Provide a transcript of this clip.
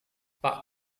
pak